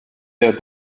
der